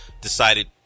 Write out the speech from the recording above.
decided